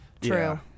True